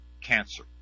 cancer